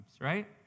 right